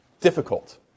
difficult